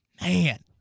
man